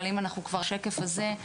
אבל אם אנחנו כבר על השקף הזה,